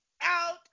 out